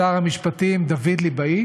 שר המשפטים דוד ליבאי